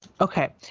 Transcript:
Okay